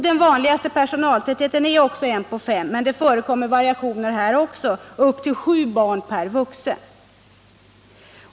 Den vanligaste personaltätheten är också 1 på 5, men I variationer förekommer även här på upp till 7 barn per vuxen.